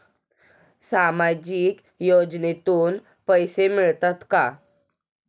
सामाजिक योजनेतून पैसे मिळतात का?